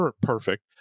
perfect